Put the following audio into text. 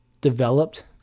developed